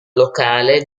locale